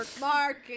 Mark